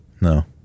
No